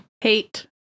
Hate